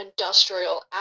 industrial